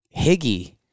Higgy